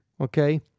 okay